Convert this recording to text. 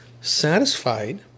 satisfied